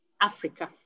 Africa